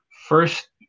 first